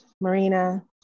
Marina